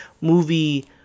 movie